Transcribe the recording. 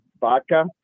vodka